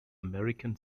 american